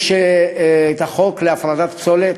יש החוק להפרדת פסולת,